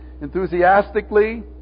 Enthusiastically